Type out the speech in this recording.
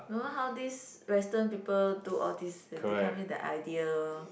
don't know how this western people do all this they come in the idea